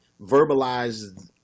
verbalize